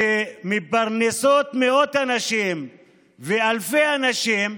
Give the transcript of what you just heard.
שמפרנסות מאות אנשים ואלפי אנשים,